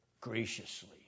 graciously